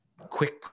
quick